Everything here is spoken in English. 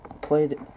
played